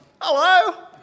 hello